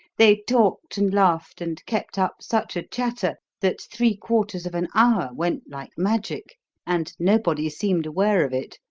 they talked and laughed and kept up such a chatter that three-quarters of an hour went like magic and nobody seemed aware of it.